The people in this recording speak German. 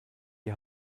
die